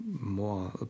more